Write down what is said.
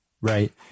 Right